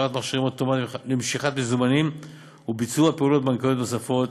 השארת מכשירים אוטומטיים למשיכת מזומנים וביצוע פעולות בנקאיות נוספות,